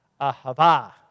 ahava